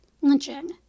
Lynching